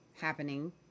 happening